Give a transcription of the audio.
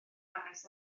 hanes